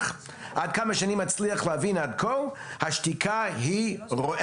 עד כמה שאני מצליח להבין עד כה, השתיקה רועמת.